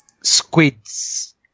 squids